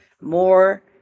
more